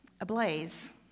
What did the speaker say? ablaze